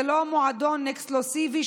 זה לא מועדון אקסקלוסיבי,